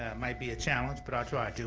might be a challenge, but i'll try to.